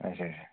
اَچھا اَچھا